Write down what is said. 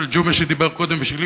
של ג'ומס שדיבר קודם ושלי,